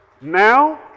now